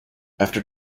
after